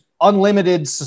unlimited